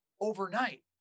overnight